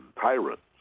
tyrants